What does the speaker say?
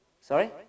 Sorry